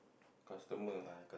customer